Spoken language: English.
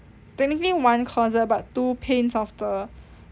technically one closet but two panes of the